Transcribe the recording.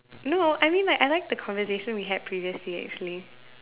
no I mean like I like the conversation we had previously actually